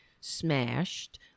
smashed